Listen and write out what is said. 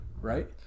Right